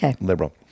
liberal